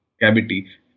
cavity